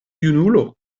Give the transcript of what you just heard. junulo